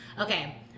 Okay